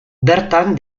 bertan